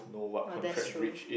oh that's true